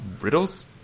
riddles